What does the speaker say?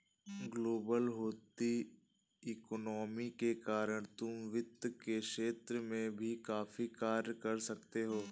global होती economy के कारण तुम वित्त के क्षेत्र में भी काफी कार्य कर सकते हो